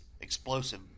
explosive